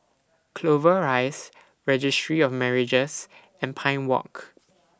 Clover Rise Registry of Marriages and Pine Walk